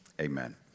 Amen